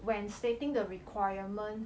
when stating the requirement